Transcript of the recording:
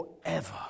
forever